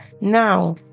Now